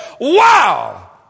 wow